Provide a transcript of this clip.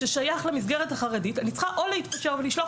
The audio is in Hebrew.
ששייך למסגרת החרדית אני צריכה להתפשר ולשלוח